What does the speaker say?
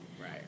Right